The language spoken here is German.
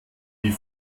die